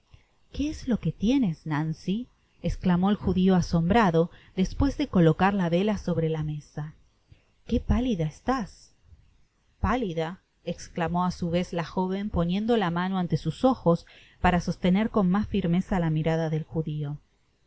qué es lo que tienes nancy esclamó el judio asombrado despues de colocar la vela sobre la mesa que pálida estás pálida esclamó á su vez la joven poniendo la mano ame sus ojos para sostener con mas firmeza la mirada del judio